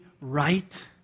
right